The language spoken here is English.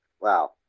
wow